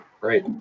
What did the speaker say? great